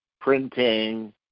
printing